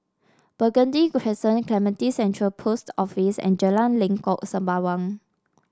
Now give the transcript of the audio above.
Burgundy Crescent Clementi Central Post Office and Jalan Lengkok Sembawang